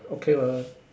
okay mah